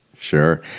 Sure